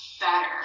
better